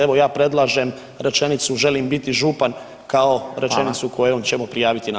Evo ja predlažem rečenicu želim biti župan kao rečenicu kojom ćemo prijaviti nasilje.